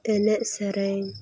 ᱮᱱᱮᱡ ᱥᱮᱨᱮᱧ